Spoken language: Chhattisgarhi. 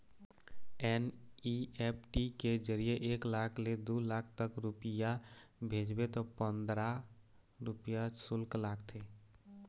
एन.ई.एफ.टी के जरिए एक लाख ले दू लाख तक रूपिया भेजबे त पंदरा रूपिया सुल्क लागथे